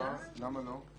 למה לא?